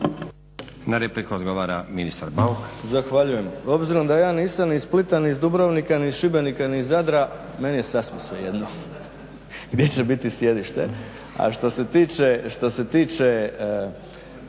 Na repliku odgovara ministar Bauk. **Bauk, Arsen (SDP)** Zahvaljujem. Obzirom da ja nisam iz Splita, ni iz Dubrovnika ni iz Šibenika ni iz Zadra meni je sasvim svejedno gdje će biti sjedište a što se tiče